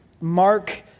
Mark